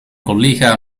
collega